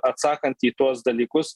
atsakant į tuos dalykus